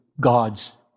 God's